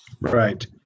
Right